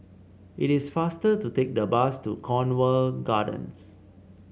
it is faster to take the bus to Cornwall Gardens